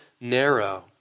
narrow